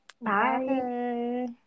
Bye